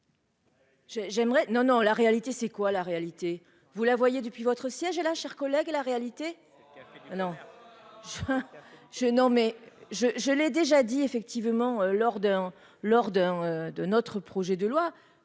non, non, la réalité c'est quoi la réalité, vous la voyez depuis votre siège et là chers collègues et la réalité non je, non mais je, je l'ai déjà dit effectivement lors d'un lors d'un de notre